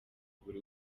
buri